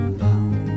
bound